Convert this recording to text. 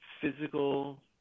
physical